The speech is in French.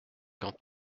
quand